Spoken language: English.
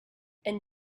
and